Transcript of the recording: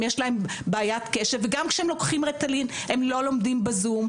אם יש להם בעיית קשב וגם כשהם לוקחים ריטלין הם לא לומדים בזום,